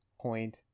point